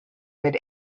but